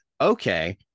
okay